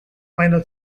final